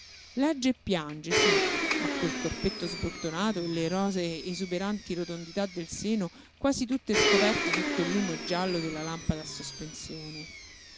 e piange sí ma col corpetto sbottonato e le rosee esuberanti rotondità del seno quasi tutte scoperte sotto il lume giallo della lampada a sospensione